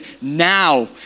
now